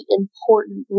important